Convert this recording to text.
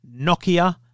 Nokia